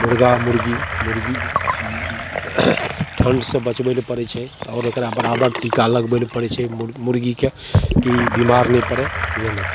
मुरगा मुरगी मुरगी ठण्डसे बचबै ले पड़ै छै आओर एकरा बराबर टीका लगबै ले पड़ै छै मुर मुरगीके कि ई बेमार नहि पड़ै नहि नहि